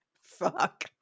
Fuck